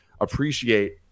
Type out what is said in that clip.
appreciate